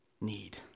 need